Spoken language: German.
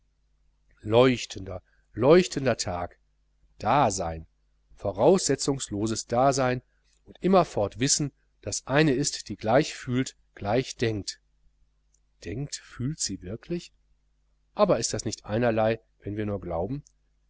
leuchtender leuchtender tag da sein voraussetzungsloses dasein und immerfort wissen daß eine ist die gleich fühlt gleich denkt denkt fühlt sie wirklich aber ist das nicht einerlei wenn wir nur glauben